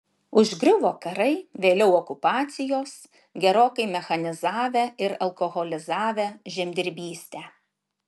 užgriuvo karai vėliau okupacijos gerokai mechanizavę ir alkoholizavę žemdirbystę